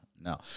no